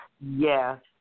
Yes